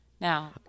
Now